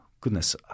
goodness